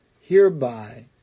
hereby